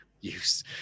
use